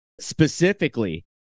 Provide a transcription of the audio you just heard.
specifically